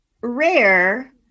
rare